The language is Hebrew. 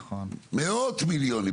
מאות מיליונים.